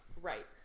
right